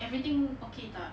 everything okay tak